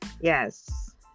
Yes